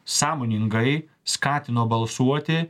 sąmoningai skatino balsuoti